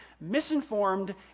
misinformed